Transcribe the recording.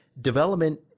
development